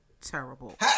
terrible